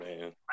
man